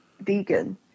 vegan